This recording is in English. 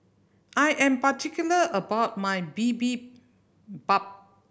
I am particular about my Bibimbap